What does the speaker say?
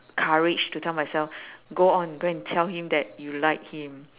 courage to tell myself go on go and tell him that you like him